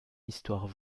histoire